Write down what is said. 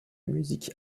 musique